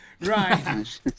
Right